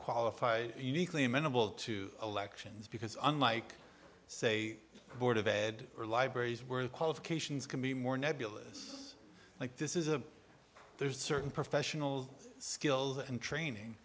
qualified uniquely amenable to elections because unlike say board of ed or libraries where the qualifications can be more nebulous like this is a there's certain professional skills and training